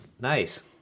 nice